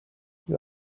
you